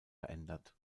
verändert